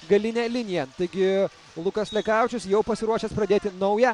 galinę liniją taigi lukas lekavičius jau pasiruošęs pradėti naują